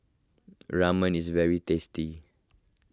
Ramen is very tasty